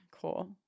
Cool